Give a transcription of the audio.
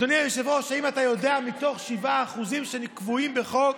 אדוני היושב-ראש, מתוך 7% שקבועים בחוק,